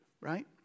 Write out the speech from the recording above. right